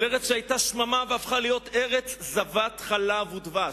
של ארץ שהיתה שממה והפכה להיות ארץ זבת חלב ודבש,